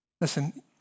Listen